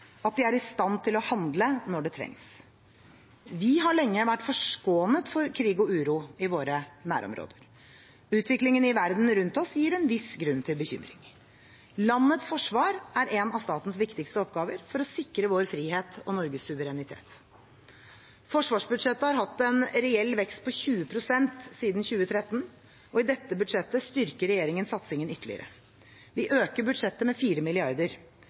at de er i stand til å handle når det trengs. Vi har lenge vært forskånet for krig og uro i våre nærområder. Utviklingen i verden rundt oss gir en viss grunn til bekymring. Landets forsvar er en av statens viktigste oppgaver for å sikre vår frihet og Norges suverenitet. Forsvarsbudsjettet har hatt en reell vekst på 20 pst. siden 2013, og i dette budsjettet styrker regjeringen satsingen ytterligere. Vi øker budsjettet med